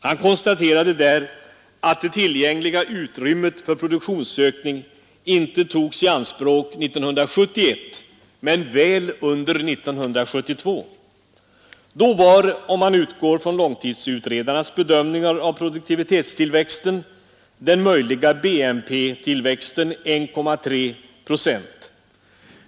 Han konstaterade att det tillgängliga utrymmet för produktionsökning inte togs i anspråk 1971 men väl under 1972. Då var, om man utgår från långtidsutredarnas bedömningar av produktivitetstillväxten, den möjliga BNP-tillväxten 1,3 procent.